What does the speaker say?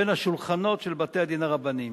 בין השולחנות של בתי-הדין הרבניים.